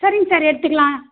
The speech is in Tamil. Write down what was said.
சரிங்க சார் எடுத்துக்கலாம்